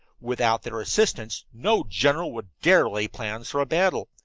without their assistance no general would dare lay plans for a battle.